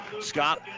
Scott